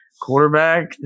Quarterback